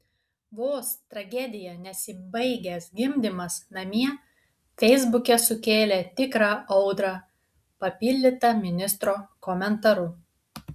vos tragedija nesibaigęs gimdymas namie feisbuke sukėlė tikrą audrą papildyta ministro komentaru